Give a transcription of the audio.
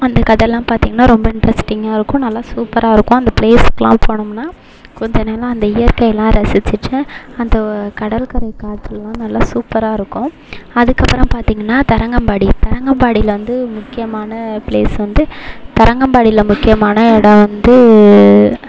அந்த கதைலாம் பார்த்தீங்னா ரொம்ப இன்ட்ரெஸ்ட்டிங்காக இருக்கும் நல்லா சூப்பராயிருக்கும் அந்த பிளேஸ்க்கெலாம் போனோம்னால் கொஞ்ச நேரம் அந்த இயற்கையெல்லாம் ரசிச்சுட்டு அந்த கடற்கரை காற்றெலாம் நல்லா சூப்பராக இருக்கும் அதுக்கப்புறம் பார்த்தீங்னா தரங்கம்பாடி தரங்கம்பாடியில் வந்து முக்கியமான பிளேஸ் வந்து தரங்கம்பாடியில் முக்கியமான இடம் வந்து